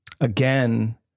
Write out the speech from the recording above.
again